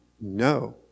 No